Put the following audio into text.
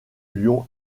lyon